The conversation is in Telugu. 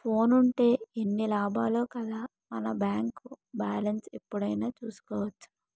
ఫోనుంటే ఎన్ని లాభాలో కదా మన బేంకు బాలెస్ను ఎప్పుడైనా చూసుకోవచ్చును